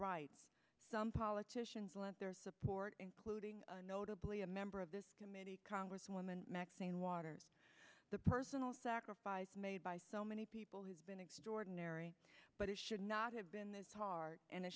rights some politicians lent their support including notably a member of this committee congresswoman maxine waters the personal sacrifice made by so many people has been extraordinary but it should not have been this hard and it